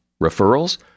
Referrals